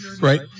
right